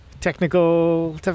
technical